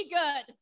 good